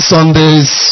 Sundays